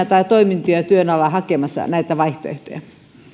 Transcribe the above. tai toimintoja työn alla hakemassa näitä vaihtoehtoja